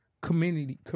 community